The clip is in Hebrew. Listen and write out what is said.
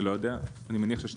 אני לא יודע, אני מניח ששנתי.